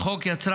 לחוק.